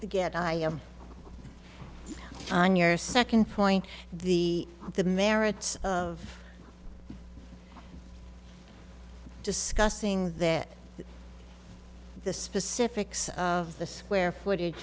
get i am on your second point the the merits of discussing there the specifics of the square footage